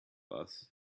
bus